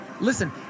Listen